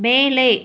மேலே